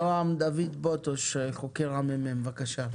נעם דוד בוטוש, חוקר המ"מ בבקשה.